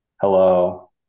hello